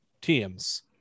teams